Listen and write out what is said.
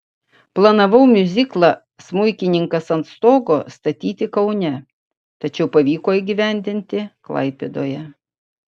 planavau miuziklą smuikininkas ant stogo statyti kaune tačiau pavyko įgyvendinti klaipėdoje